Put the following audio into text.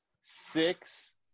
six